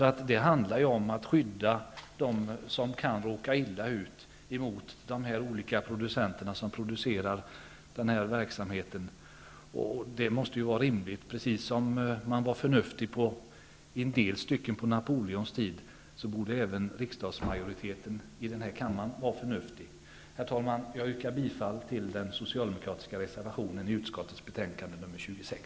Det handlar ju om att skydda dem som kan råka illa ut emot de olika producenter som bedriver den här verksamheten. Det måste ju vara rimligt. Precis som man var förnuftig i en del stycken på Napoleons tid borde, även majoriteten i den här kammaren vara förnuftig. Herr talman! Jag yrkar bifall till den socialdemokratiska reservationen som är fogad till utskottets betänkande nr 26.